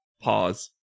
Pause